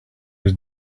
was